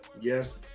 Yes